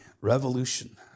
revolution